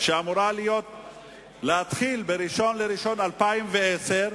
שאמורה להתחיל ב-1 בינואר 2010,